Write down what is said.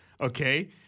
okay